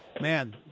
man